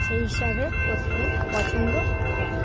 সেই হিসাবে করতে পছন্দ করে